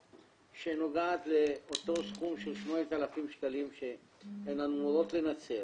שנוגעת לאותו סכום של 8,000 שקלים שהן אמורות לנצל.